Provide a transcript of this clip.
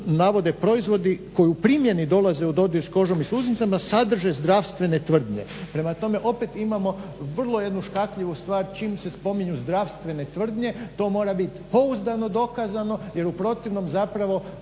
navode proizvodi koji u primjeni dolaze u dodir s kožom i sluznicama sadrže zdravstvene tvrdnje. Prema tome, opet imamo vrlo jednu škakljivu stvar čim se spominju zdravstvene tvrdnje to mora biti pouzdano dokazano jer u protivnom zapravo